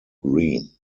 green